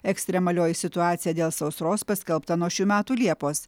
ekstremalioji situacija dėl sausros paskelbta nuo šių metų liepos